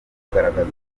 kugaragaza